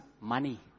money